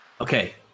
Okay